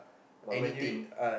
any team